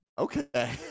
Okay